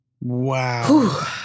Wow